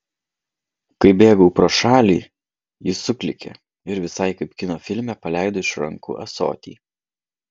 kai bėgau pro šalį ji suklykė ir visai kaip kino filme paleido iš rankų ąsotį